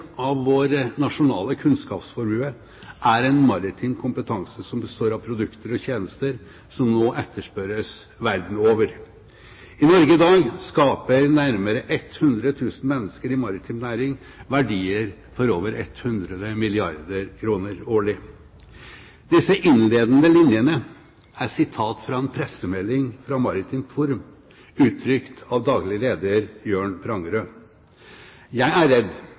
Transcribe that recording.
av vår nasjonale kunnskapsformue er en maritim kompetanse i produkter og tjenester som nå etterspørres verden over. I Norge i dag skaper nærmere 100.000 mennesker i maritim næring verdier for over 100 milliarder kroner årlig.» Disse innledende linjene er sitat fra en pressemelding fra Maritimt Forum, uttrykt av daglig leder Jørn Prangerød. Jeg er redd